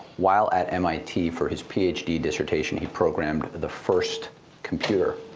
while at mit for his ph d. dissertation, he programmed the first computer